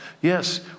Yes